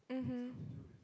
mmhmm